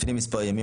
לפני מספר ימים,